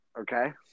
okay